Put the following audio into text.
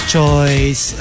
Choice